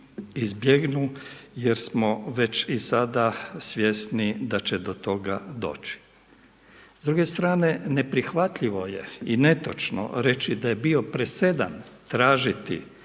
izbjegnu jer smo već i sada svjesni da će do toga doći. S druge strane neprihvatljivo je i netočno reći da je bio presedan tražiti